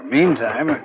Meantime